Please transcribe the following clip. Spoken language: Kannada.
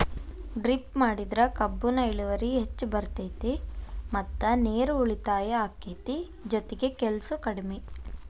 ಡ್ರಿಪ್ ಮಾಡಿದ್ರ ಕಬ್ಬುನ ಇಳುವರಿ ಹೆಚ್ಚ ಬರ್ತೈತಿ ಮತ್ತ ನೇರು ಉಳಿತಾಯ ಅಕೈತಿ ಜೊತಿಗೆ ಕೆಲ್ಸು ಕಡ್ಮಿ